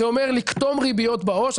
זה אומר לכתום ריביות בעו"ש.